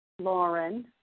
Lauren